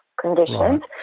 Conditions